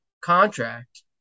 contract